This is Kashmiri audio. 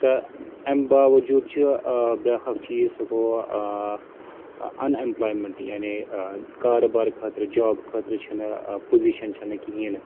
تہٕ اَمہِ باوجوٗد چھُ ٲں بیٛاکھ اَکھ چیٖز سُہ گوٚو ٲں اَن ایٚمپٕلایمیٚنٛٹ یعنی ٲں کاروبار خٲطرٕ جوٛاب خٲطرٕ چھُنہٕ پوزِشَن چھَنہٕ کِہیٖنۍ نہٕ